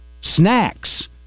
snacks